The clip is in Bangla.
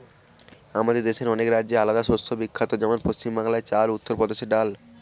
আমাদের দেশের অনেক রাজ্যে আলাদা শস্য বিখ্যাত যেমন পশ্চিম বাংলায় চাল, উত্তর প্রদেশে ডাল